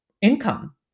income